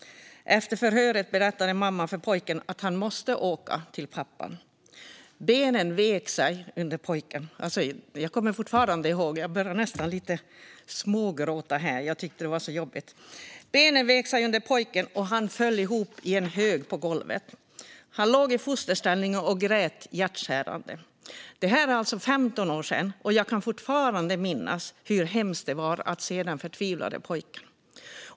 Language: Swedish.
Efter förhöret berättade mamman för pojken att han måste åka till pappan. Benen vek sig under pojken. Jag kommer fortfarande ihåg detta och börjar nästan gråta här, för jag tyckte att det var så jobbigt. Benen vek sig under pojken, och han föll ihop i en hög på golvet. Han låg i fosterställning och grät hjärtskärande. Detta är alltså 15 år sedan, men jag kan fortfarande minnas hur hemskt det var att se den förtvivlade pojken.